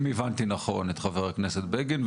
אם הבנתי נכון את חה"כ בגין,